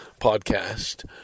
podcast